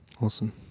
Awesome